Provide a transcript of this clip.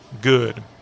good